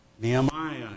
Nehemiah